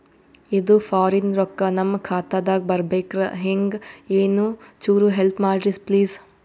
ಇದು ಫಾರಿನ ರೊಕ್ಕ ನಮ್ಮ ಖಾತಾ ದಾಗ ಬರಬೆಕ್ರ, ಹೆಂಗ ಏನು ಚುರು ಹೆಲ್ಪ ಮಾಡ್ರಿ ಪ್ಲಿಸ?